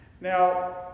Now